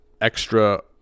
extra